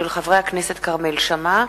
של חברי הכנסת כרמל שאמה,